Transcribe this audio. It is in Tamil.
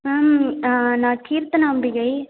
மேம் ஆ நான் கீர்த்தனாம்பிகை